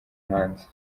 hanze